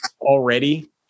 already